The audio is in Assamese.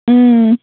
ও